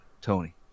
Tony